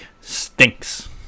stinks